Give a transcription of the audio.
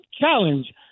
challenge